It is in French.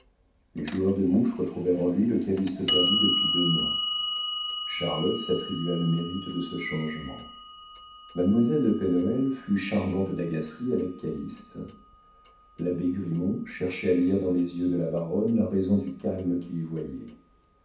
les joueurs de mouche retrouvèrent en lui le calyste perdu depuis deux mois charlotte s'attribua le mérite de ce changement mademoiselle de pen hoël fut charmante d'agacerie avec calyste l'abbé grimont cherchait à lire dans les yeux de la baronne la raison du calme qu'il y voyait